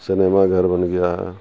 cinema گھر بن گیا ہے